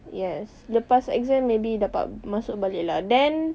yes selepas exam maybe dapat masuk balik lah then